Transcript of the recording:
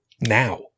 now